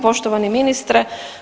Poštovani ministre.